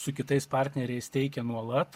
su kitais partneriais teikia nuolat